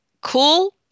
cool